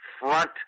front